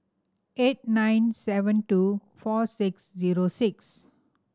eight nine seven two four six zero six